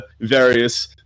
various